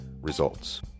Results